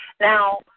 Now